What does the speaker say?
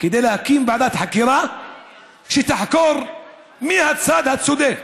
כדי להקים ועדת חקירה שתחקור מי הצד הצודק,